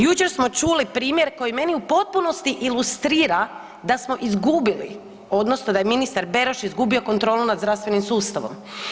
Jučer smo čuli primjer koji meni u potpunosti ilustrira da smo izgubili odnosno da je ministar Beroš izgubio kontrolu nad zdravstvenim sustavom.